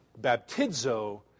baptizo